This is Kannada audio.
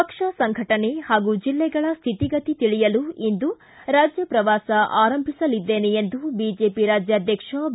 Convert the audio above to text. ಪಕ್ಷ ಸಂಘಟನೆ ಹಾಗೂ ಜಿಲ್ಲೆಗಳ ಸ್ಥಿತಿಗತಿ ತಿಳಿಯಲು ಇಂದು ರಾಜ್ಯ ಪ್ರವಾಸ ಆರಂಭಿಸಲಿದ್ದೇನೆ ಎಂದು ಬಿಜೆಪಿ ರಾಜ್ಯಾಧ್ವಕ್ಷ ಬಿ